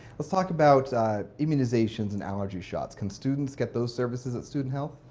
let's talk about ah immunizations and allergy shots. can students get those services at student health?